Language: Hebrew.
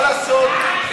מה לעשות?